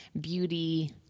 beauty